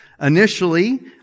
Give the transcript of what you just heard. Initially